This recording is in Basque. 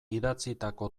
idatzitako